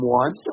one